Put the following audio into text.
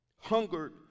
hungered